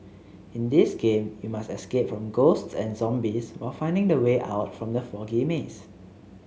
in this game you must escape from ghosts and zombies while finding the way out from the foggy maze